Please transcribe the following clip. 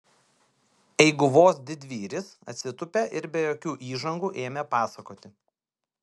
eiguvos didvyris atsitūpė ir be jokių įžangų ėmė pasakoti